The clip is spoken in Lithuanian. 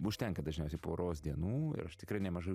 užtenka dažniausiai poros dienų ir aš tikrai nemažai